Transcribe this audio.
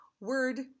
word